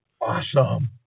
Awesome